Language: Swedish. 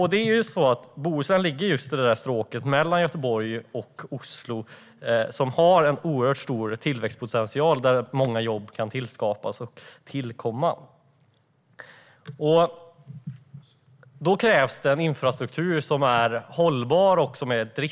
Bohuslän ligger i det där stråket mellan Göteborg och Oslo som har en oerhört stor tillväxtpotential. Många jobb kan skapas och tillkomma där. Då krävs det en infrastruktur som är hållbar och driftssäker.